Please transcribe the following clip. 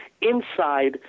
inside